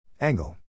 Angle